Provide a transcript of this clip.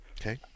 Okay